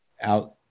out